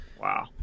wow